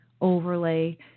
overlay